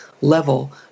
level